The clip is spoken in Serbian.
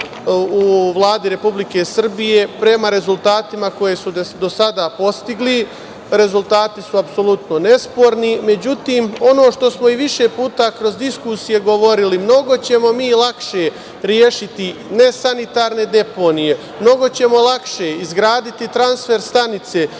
u Vladi Republike Srbije prema rezultatima koje su do sada postigli. Rezultati su apsolutno nesporni.Međutim, ono što smo i više kroz diskusije govorili, mnogo ćemo mi lakše rešiti nesanitarne deponije, mnogo ćemo lakše izgraditi transfer stanice,